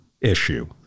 issue